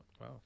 Wow